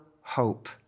hope